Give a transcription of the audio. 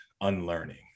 unlearning